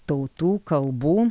tautų kalbų